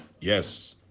Yes